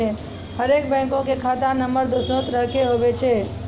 हरेक बैंको के खाता नम्बर दोसरो तरह के होय छै